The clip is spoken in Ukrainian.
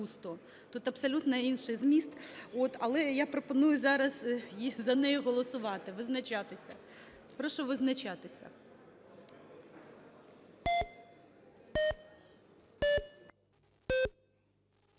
Тут абсолютно інший зміст. Але я пропоную зараз за неї голосувати, визначатися. Прошу визначатися.